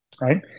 right